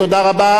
תודה רבה.